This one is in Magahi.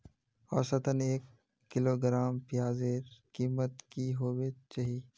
औसतन एक किलोग्राम प्याजेर कीमत की होबे चही?